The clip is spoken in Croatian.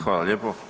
Hvala lijepo.